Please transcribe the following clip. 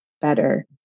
better